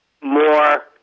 more